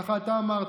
ככה אתה אמרת.